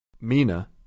Mina